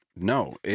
No